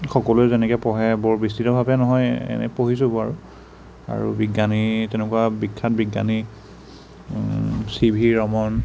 সকলোৱে যেনেকে পঢ়ে বৰ বিস্তৃতভাৱে নহয় এনেই পঢ়ি থাকো আৰু আৰু বিজ্ঞানী তেনেকুৱা বিখ্য়াত বিজ্ঞানী চিভি ৰমণ